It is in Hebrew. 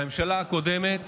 בממשלה הקודמת